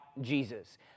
Jesus